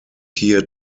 here